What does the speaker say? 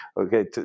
Okay